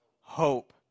hope